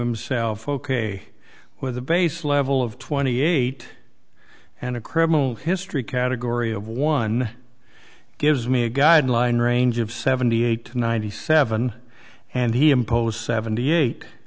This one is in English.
himself ok with a base level of twenty eight and a criminal history category of one gives me a guideline range of seventy eight to ninety seven and he imposed seventy eight